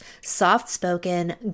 soft-spoken